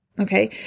Okay